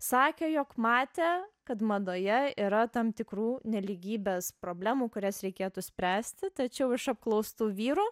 sakė jog matė kad madoje yra tam tikrų nelygybės problemų kurias reikėtų spręsti tačiau iš apklaustų vyrų